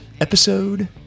episode